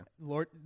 Lord